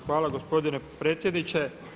Hvala gospodine predsjedniče.